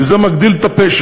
כי זה מגדיל את הפשע,